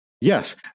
Yes